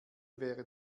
wäre